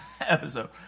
episode